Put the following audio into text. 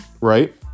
right